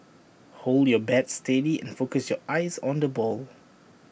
hold your bat steady and focus your eyes on the ball